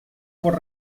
por